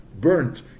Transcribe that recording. burnt